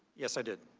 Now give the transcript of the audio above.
yes i did.